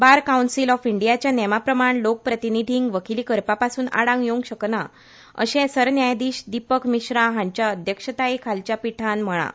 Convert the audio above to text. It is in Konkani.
बार कावंसील ऑफ इंडियाच्या नेंमा प्रमाण लोक प्रतिनिधींक वकिली करपा पासून आडावंक येवंक शकनां अशें सरन्यायाधीश दीपक मिश्रा हांच्या अध्यक्षताये खालच्या पीठान म्हळां